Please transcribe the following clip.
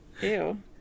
Ew